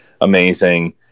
amazing